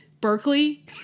Berkeley